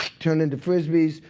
turned into frisbees.